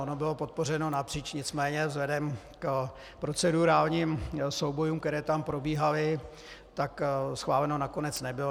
Ono bylo podpořeno napříč, nicméně vzhledem k procedurálním soubojům, které tam probíhaly, schváleno nakonec nebylo.